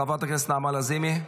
חברת הכנסת נעמה לזימי,